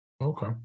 Okay